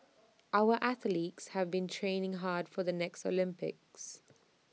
our athletes have been training hard for the next Olympics